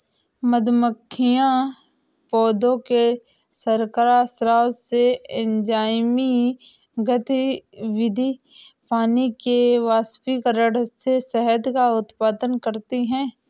मधुमक्खियां पौधों के शर्करा स्राव से, एंजाइमी गतिविधि, पानी के वाष्पीकरण से शहद का उत्पादन करती हैं